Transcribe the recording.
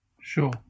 Sure